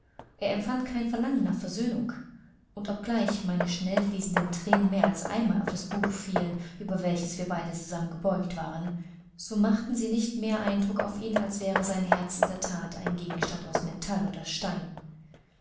er empfand kein verlangen nach versöhnung und obgleich meine schnellfließenden thränen mehr als einmal auf das buch fielen über welches wir beide zusammen gebeugt waren so machten sie nicht mehr eindruck auf ihn als wäre sein herz in der that ein gegenstand aus metall oder stein